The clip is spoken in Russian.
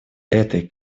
этой